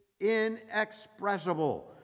inexpressible